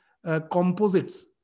Composites